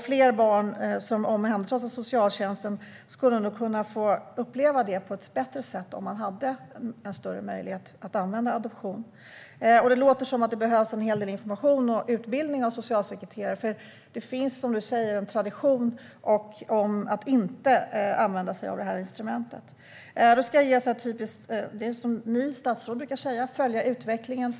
Fler barn som omhändertas av socialtjänsten skulle nog kunna få uppleva det på ett bättre sätt om det fanns en större möjlighet att använda adoption. Det låter som att det behövs en hel del information och utbildning av socialsekreterare. Det finns, som statsrådet säger, en tradition av att inte använda sig av detta instrument. Jag ska använda de typiska ord som ni som statsråd brukar säga: Jag ska följa utvecklingen.